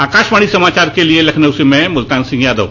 आकाशवाणी समाचार के लिए लखनऊ से मैं मुलतान सिंह यादव